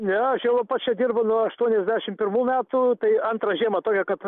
ne aš jau pats čia dirbu nuo aštuoniasdešimt pirmų metų tai antra žiema tokia kad